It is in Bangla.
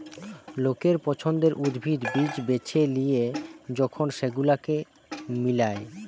লোকের পছন্দের উদ্ভিদ, বীজ বেছে লিয়ে যখন সেগুলোকে মিলায়